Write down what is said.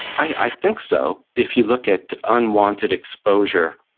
i think so. if you look at unwanted exposure,